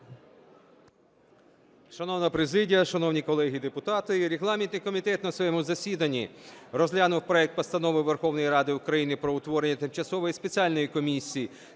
Шановна президія, шановні колеги депутати, регламентний комітет на своєму засіданні розглянув проект Постанови Верховної Ради України про утворення Тимчасової спеціальної комісії